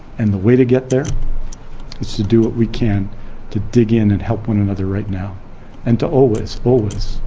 and the way to get there is to do what we can to dig in and help one another right now and to always, always,